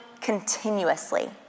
continuously